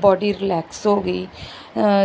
body relax ਹੋ ਗਈ